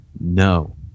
No